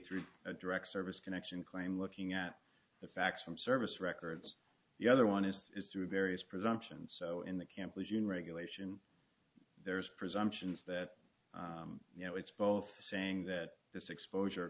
through a direct service connection claim looking at the facts from service records the other one is through various presumptions so in the camp lesion regulation there is presumptions that you know it's both saying that this exposure